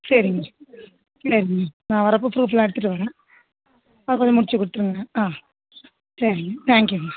சரிங்க சரிங்க நான் வரப்போ ப்ரூஃப்பெலாம் எடுத்துகிட்டு வரேன் அதை கொஞ்சம் முடிச்சு கொடுத்துருங்க ஆ சரிங்க தேங்க்யூங்க